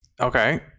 Okay